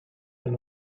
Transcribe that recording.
een